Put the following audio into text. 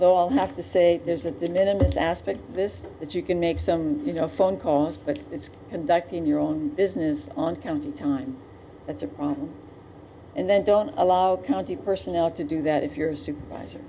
h i'll have to say there's a demand in this aspect of this that you can make some you know phone calls but it's conducting your own business on county time that's a problem and then don't allow county personnel to do that if you're a supervisor